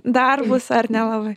darbus ar nelabai